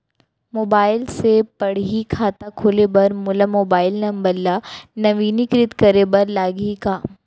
Mobile से पड़ही खाता खोले बर मोला मोबाइल नंबर ल नवीनीकृत करे बर लागही का?